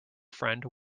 friend